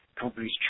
companies